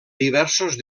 diversos